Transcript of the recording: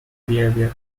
behavior